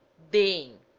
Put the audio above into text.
the